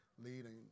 leading